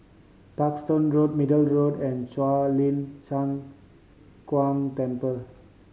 Parkstone Road Middle Road and Shuang Lin Cheng Huang Temple